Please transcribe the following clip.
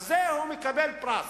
על זה הוא מקבל פרס,